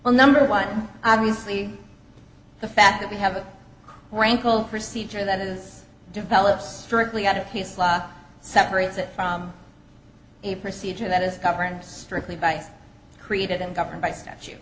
will number one obviously the fact that we have a rankle procedure that is developed strictly out of his law separates it from a procedure that is governed strictly by his created and governed by stat